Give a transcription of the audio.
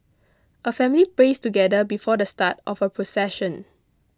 a family prays together before the start of the procession